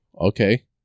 Okay